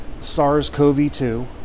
SARS-CoV-2